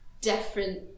different